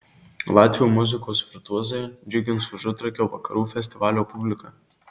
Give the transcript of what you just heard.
latvių muzikos virtuozai džiugins užutrakio vakarų festivalio publiką